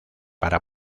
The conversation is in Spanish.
para